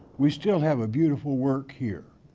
we still have a beautiful work here.